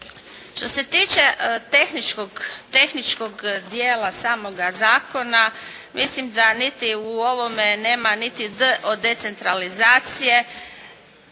Što se tiče tehničkog dijela samoga zakona, mislim da niti u ovome nema niti D od decentralizacije.